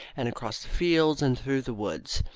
and across the fields, and through the woods.